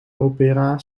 opera